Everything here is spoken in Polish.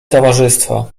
towarzystwo